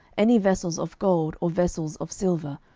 any vessels of gold, or vessels of silver,